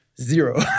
Zero